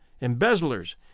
embezzlers